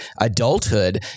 adulthood